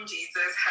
Jesus